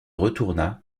retourna